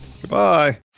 Goodbye